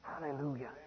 Hallelujah